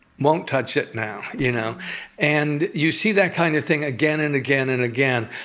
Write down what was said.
won't touch it now. you know and you see that kind of thing again and again and again.